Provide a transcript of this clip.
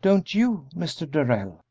don't you, mr. darrell?